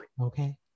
Okay